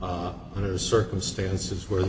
up circumstances where